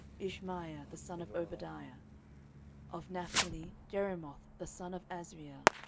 ishmaiah the son of obadiah of naphtali, jerimoth the son of azriel